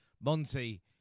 Monty